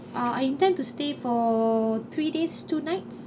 uh I intend to stay for three days two nights